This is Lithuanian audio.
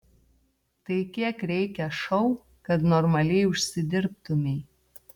tai kiek reikia šou kad normaliai užsidirbtumei